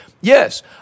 Yes